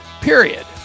period